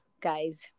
guys